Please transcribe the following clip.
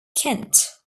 kent